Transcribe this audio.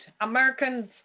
Americans